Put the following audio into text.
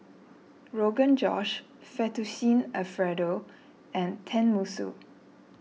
Rogan Josh Fettuccine Alfredo and Tenmusu